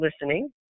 listening